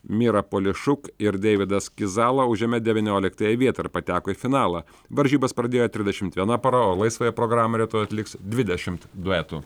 mira poliešuk ir deividas kizala užėmė devynioliktąją vietą ir pateko į finalą varžybas pradėjo trisdešimt viena pora o laisvąją programą rytoj atliks dvidešimt duetų